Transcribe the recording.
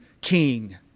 king